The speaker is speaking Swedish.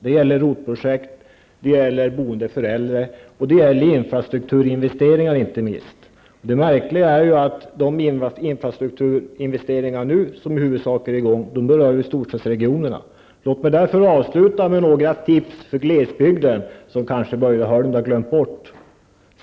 Det gäller ROT-projekt, boende för äldre och inte minst infrastrukturinvesteringar. Det märkliga är att de infrastrukturinvesteringar som nu görs berör storstadsregionerna. Låt mig därför avsluta med några tips för glesbygden, som Börje Hörnlund kanske har glömt bort.